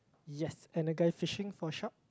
yes and a guy fishing for a shark